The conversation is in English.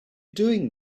doing